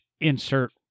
insert